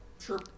Sure